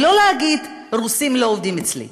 ולא להגיד: רוסים לא עובדים אצלי.